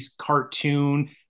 cartoon